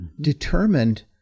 determined